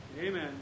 Amen